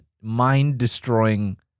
mind-destroying